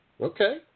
Okay